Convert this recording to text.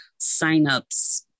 signups